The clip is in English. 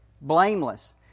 Blameless